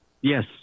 Yes